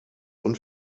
und